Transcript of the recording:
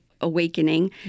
awakening